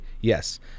yes